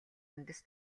үндэс